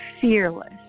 fearless